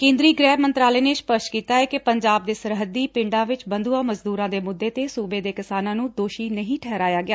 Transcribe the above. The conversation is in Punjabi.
ਕੇਂਦਰੀ ਗੁਹਿ ਮੰਤਰਾਲੇ ਨੇ ਸਪੱਸਟ ਕੀਤਾ ਏ ਕਿ ਪੰਜਾਬ ਦੇ ਸਰਹੱਦੀ ਪਿੰਡਾਂ ਵਿਚ ਬੰਧੁਆਂ ਮਜ਼ਦੁਰਾਂ ਦੇ ਮੁੱਦੇ ਤੇ ਸੁਬੇ ਦੇ ਕਿਸਾਨਾ ਨੂੰ ਦੋਸ਼ੀ ਨਹੀਂ ਠਹਿਰਾਇਆ ਗਿਆ